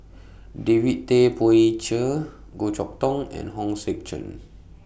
David Tay Poey Cher Goh Chok Tong and Hong Sek Chern